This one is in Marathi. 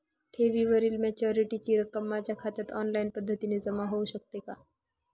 ठेवीवरील मॅच्युरिटीची रक्कम माझ्या खात्यात ऑनलाईन पद्धतीने जमा होऊ शकते का?